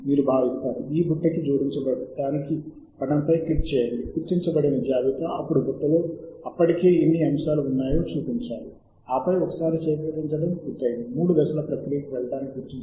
కాబట్టి మనం ఈ బటన్ పై నొక్కండి ఇక్కడ మీరు గుర్తించిన అన్ని అంశాలను ఎంచుకోవచ్చు